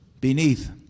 beneath